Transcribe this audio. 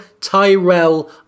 Tyrell